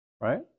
Right